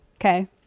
okay